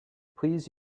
please